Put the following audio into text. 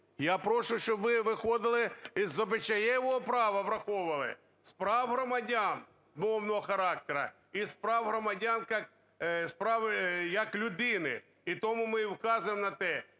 Я прошу, щоб ви виходили зі обычаевого права, враховували з прав громадян мовного характеру і з прав громадян, з прав як людини. І тому ми указуємо на те,